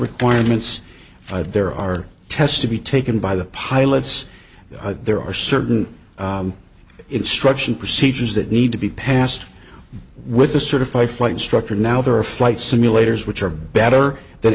requirements there are tests to be taken by the pilots there are certain instruction procedures that need to be passed with a certified flight structure now there are flight simulators which are better than